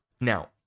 Now